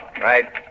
right